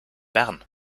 bern